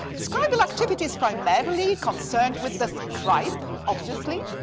scribal activities primarily concerned with the scribe, obviously,